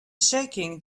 shaking